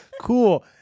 Cool